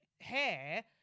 hair